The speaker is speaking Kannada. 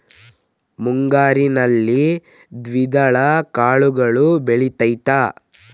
ಮುಂಗಾರಿನಲ್ಲಿ ದ್ವಿದಳ ಕಾಳುಗಳು ಬೆಳೆತೈತಾ?